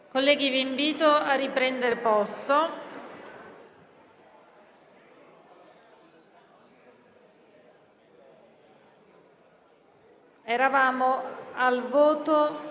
Colleghi, vi invito a riprendere posto. Metto ai voti